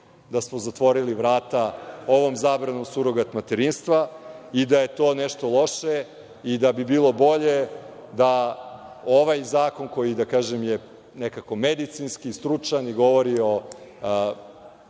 da smo zatvorili vrata ovom zabranom surogat materinstva, da je to nešto loše i da bi bilo bolje da ovaj zakon koji je, da kažem, nekako medicinski, stručan i govori o